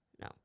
No